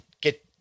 get